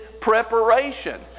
preparation